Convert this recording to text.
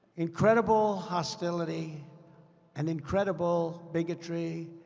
incredible hostility and incredible bigotry.